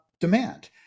demand